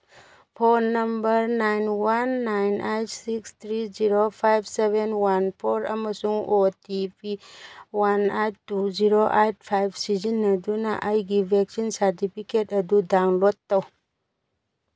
phone number nine one nine eight six three zero five seven one four ꯑꯃꯁꯨꯡ O T P one eight two zero eight five ꯁꯤꯖꯤꯟꯅꯗꯨꯅ ꯑꯩꯒꯤ vaccine certificate ꯑꯗꯨ download ꯇꯧ